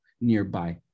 nearby